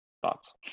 Thoughts